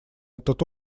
этот